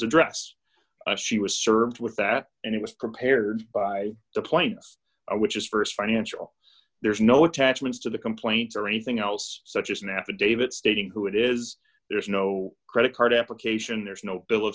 address she was served with that and it was prepared by the planes which is st financial there's no attachments to the complaints or anything else such as an affidavit stating who it is there is no credit card application there's no b